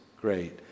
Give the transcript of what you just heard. great